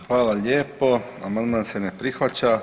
Hvala lijepo, amandman se ne prihvaća.